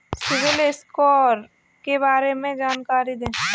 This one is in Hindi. सिबिल स्कोर के बारे में जानकारी दें?